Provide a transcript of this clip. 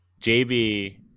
JB